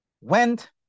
went